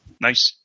Nice